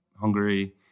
Hungary